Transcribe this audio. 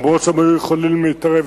אף-על-פי שהם היו יכולים להתערב,